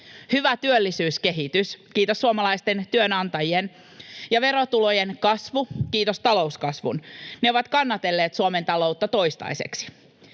Hyvä työllisyyskehitys — kiitos suomalaisten työnantajien — ja verotulojen kasvu — kiitos talouskasvun — ne ovat kannatelleet Suomen taloutta toistaiseksi.